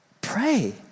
pray